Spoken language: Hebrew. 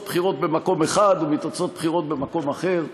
בחירות במקום אחד ומתוצאות בחירות במקום אחר.